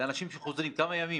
כמה ימים?